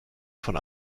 von